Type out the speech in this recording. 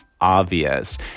obvious